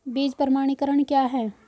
बीज प्रमाणीकरण क्या है?